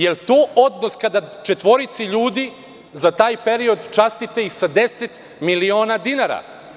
Da li je to odnos kada četvorici ljudi za taj period, častite ih sa 10 miliona dinara?